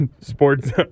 Sports